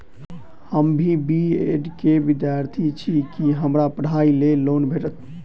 हम B Ed केँ विद्यार्थी छी, की हमरा पढ़ाई लेल लोन भेटतय?